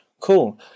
Cool